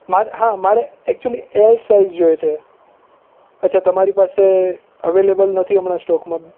માર હા મારે એકચ્યુઅલી એલ સાઇઝ જોઈએ છે અચ્છા તમારી પાસે અવેલેબલ નથી હમણાં સ્ટોકમાં